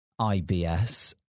IBS